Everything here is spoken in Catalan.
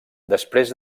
després